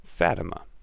Fatima